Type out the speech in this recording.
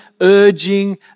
urging